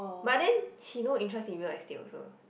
but then she no interest in real estate also